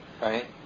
Right